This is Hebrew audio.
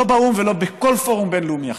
לא באו"ם ולא בכל פורום בין-לאומי אחר.